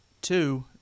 Two